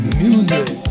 music